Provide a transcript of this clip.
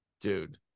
Dude